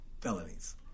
felonies